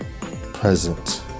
present